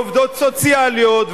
עובדות סוציאליות,